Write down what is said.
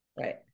Right